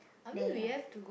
they ah